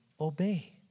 obey